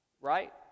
Right